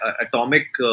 atomic